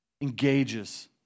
Engages